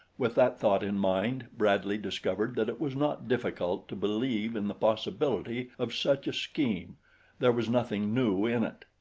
with that thought in mind bradley discovered that it was not difficult to believe in the possibility of such a scheme there was nothing new in it.